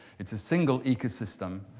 it's a single ecosystem.